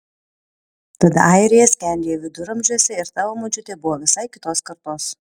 tada airija skendėjo viduramžiuose ir tavo močiutė buvo visai kitos kartos